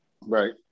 Right